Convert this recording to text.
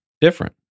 different